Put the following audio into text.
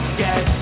get